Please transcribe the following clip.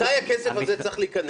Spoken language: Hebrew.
מתי הכסף הזה צריך להיכנס?